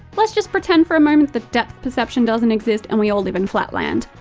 let's just pretend for a moment that depth perception doesn't exist and we all live in flatland.